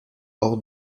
hors